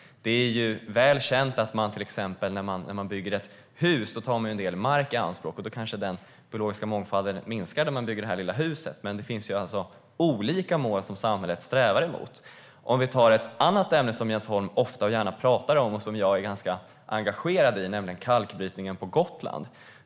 Det är till exempel väl känt att när man bygger ett hus tar man en del mark i anspråk, och då kanske den biologiska mångfalden minskar. Men det finns ju olika mål som samhället strävar mot. Vi kan ta ett annat ämne som Jens Holm ofta och gärna pratar om, och som jag är ganska engagerad i, nämligen kalkbrytningen på Gotland.